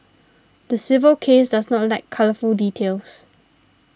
the civil case does not lack colourful details